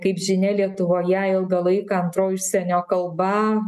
kaip žinia lietuvoje ilgą laiką antroji užsienio kalba